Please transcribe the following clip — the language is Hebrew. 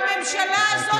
בממשלה הזאת,